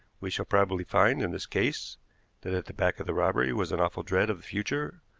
we shall probably find in this case that at the back of the robbery was an awful dread of the future,